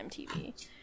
MTV